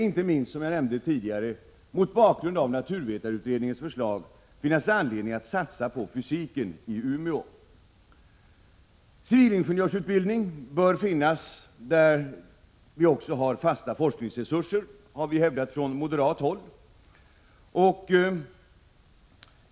Inte minst mot bakgrund av naturvetarutredningens förslag borde det finnas skäl att i stället satsa på fysikerlinjen i Umeå. Civilingenjörsutbildningen bör vidare finnas där det finns fasta forskningsresurser, har vi hävdat från moderat håll.